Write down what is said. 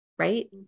right